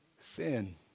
sin